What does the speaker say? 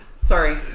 sorry